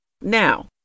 Now